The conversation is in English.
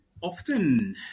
often